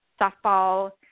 softball